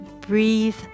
Breathe